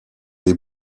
les